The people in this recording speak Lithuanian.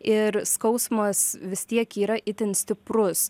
ir skausmas vis tiek yra itin stiprus